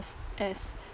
as